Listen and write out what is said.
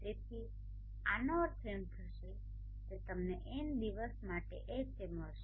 તેથી આનો અર્થ એમ થશે કે તમને N દિવસ માટે Ha મળશે